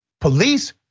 Police